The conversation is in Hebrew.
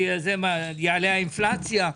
שיעלה האינפלציה.